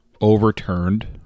overturned